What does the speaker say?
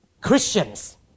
Christians